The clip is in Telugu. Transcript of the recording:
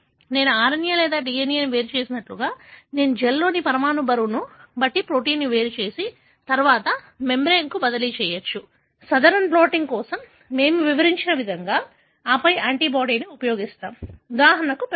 నేను RNA లేదా DNA ను వేరు చేసినట్లుగా నేను జెల్లోని పరమాణు బరువును బట్టి ప్రొటీన్ను వేరు చేసి తరువాత మెమ్బ్రేన్కు బదిలీ చేయవచ్చు సదరన్ బ్లాటింగ్ కోసం మేము వివరించిన విధంగానే ఆపై యాంటీబాడీని ఉపయోగిస్తాము ఉదాహరణకు పెప్టైడ్